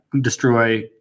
destroy